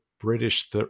british